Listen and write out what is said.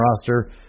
roster